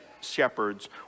shepherds